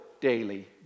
daily